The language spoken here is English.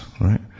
right